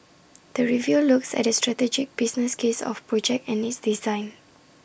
the review looks at the strategic business case of project and its design